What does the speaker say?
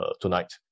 tonight